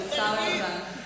השר ארדן.